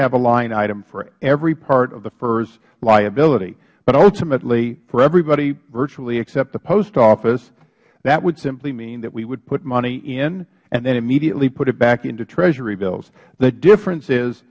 have a line item for every part of the first liability but ultimately for everybody virtually except the post office that would simply mean that we would put money in and then immediately put it back into treasury bills the difference is